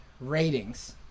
Ratings